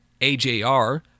AJR